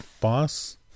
boss